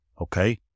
Okay